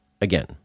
again